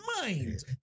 mind